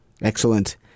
Excellent